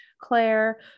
Claire